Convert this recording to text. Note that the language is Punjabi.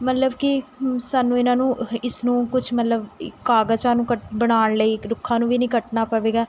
ਮਤਲਬ ਕਿ ਸਾਨੂੰ ਇਹਨਾਂ ਨੂੰ ਅ ਹ ਇਸਨੂੰ ਕੁਛ ਮਤਲਬ ਕਾਗਜ਼ਾਂ ਨੂੰ ਕੱਟ ਬਣਾਉਣ ਲਈ ਇੱਕ ਰੁੱਖਾਂ ਨੂੰ ਵੀ ਨਹੀਂ ਕੱਟਣਾ ਪਵੇਗਾ